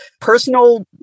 personal